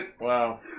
Wow